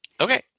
Okay